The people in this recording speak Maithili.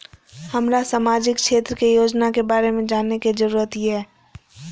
हमरा सामाजिक क्षेत्र के योजना के बारे में जानय के जरुरत ये?